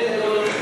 לא קיבלו.